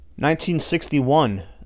1961